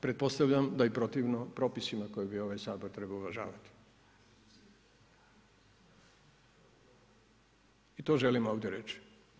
Pretpostavljam da je i protivno propisima koji bi ovaj Sabor trebao uvažavati i to želim ovdje reći.